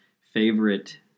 favorite